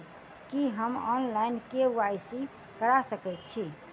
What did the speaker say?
की हम online, KYC करा सकैत छी?